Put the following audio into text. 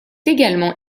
également